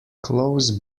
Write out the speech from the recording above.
close